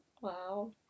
Wow